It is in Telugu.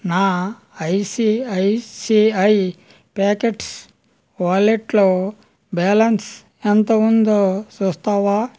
నా ఐసిఐసిఐ పాకెట్స్ వాలెట్లో బ్యాలన్స్ ఎంత ఉందో చూస్తావా